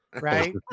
Right